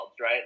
right